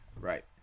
Right